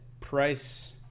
Price